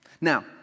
Now